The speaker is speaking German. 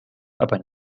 aber